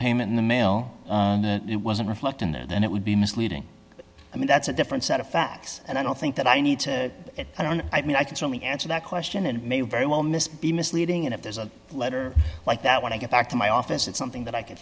payment in the mail it wasn't reflect and then it would be misleading i mean that's a different set of facts and i don't think that i need to i don't i mean i can certainly answer that question and may very well miss be misleading and if there's a letter like that when i get back to my office it's something that i could